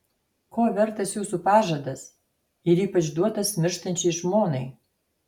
ko vertas jūsų pažadas ir ypač duotas mirštančiai žmonai